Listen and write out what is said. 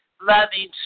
loving